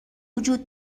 وجود